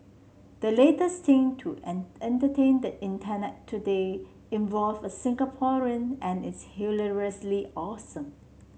the latest thing to entertain the Internet today involves a Singaporean and it's hilariously awesome